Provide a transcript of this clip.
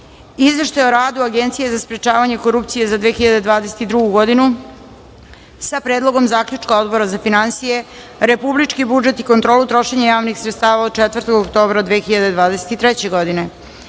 Izveštaj o radu Agencije za sprečavanje korupcije za 2022. godinu, sa Predlogom zaključka Odbora za finansije, republički budžet i kontrolu trošenja javnih sredstava od 4. oktobra 2023. godine;50.